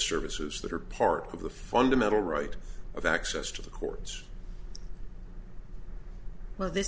services that are part of the fundamental right of access to the courts well th